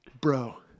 Bro